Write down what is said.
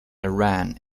iran